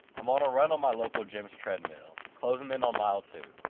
i'm on a run on my local gym's treadmill, closing in on mile two.